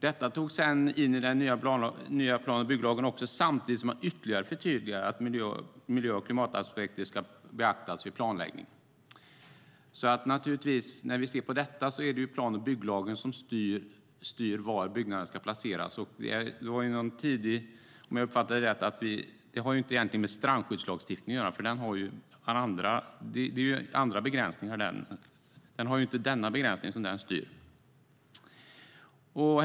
Detta togs sedan in i den nya plan och bygglagen samtidigt som man ytterligare förtydligade att miljö och klimataspekter ska beaktas vid planläggning. Om man ser till detta är det plan och bygglagen som styr var byggnaden ska placeras. Om jag uppfattade rätt var en tidigare talare inne på strandskyddslagstiftningen. Detta har ju egentligen inte med den att göra. Där råder andra begränsningar. Det är inte denna begränsning det handlar om där.